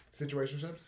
Situationships